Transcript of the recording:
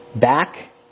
Back